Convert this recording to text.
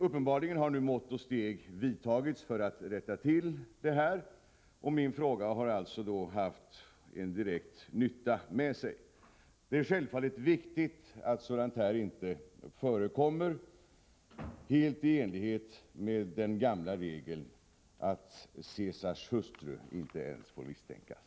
Uppenbarligen har nu mått och steg vidtagits för att rätta till detta, och min fråga har alltså haft en direkt nytta med sig. Det är självfallet viktigt att sådant här inte förekommer, helt i enlighet med den gamla regeln att Caesars hustru inte ens får misstänkas.